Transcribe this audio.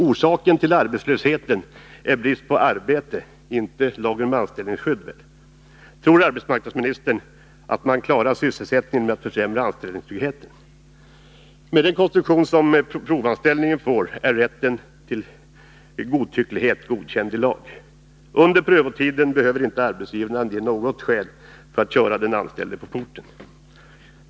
Orsaken till arbetslösheten är väl brist på arbete, inte lagen om anställningsskydd? Tror arbetsmarknadsministern att man klarar sysselsättningen med att försämra anställningstryggheten? Med den konstruktion som provanställningen får blir godtyckligheten godkänd i lag: Under prövotiden behöver inte arbetsgivaren uppge något skäl för att köra den anställde på porten.